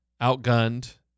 outgunned